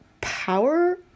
power